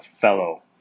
fellow